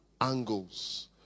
angles